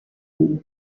w’u